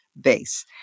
base